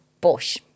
bush